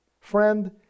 Friend